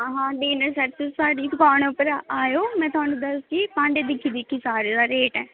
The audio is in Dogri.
आं डिनर सैट साढ़ी दुकान उप्पर आयो में थुहानू दस्सगी भांडे सारें दा केह् रेट ऐ